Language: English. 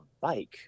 bike